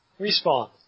respawn